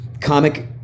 comic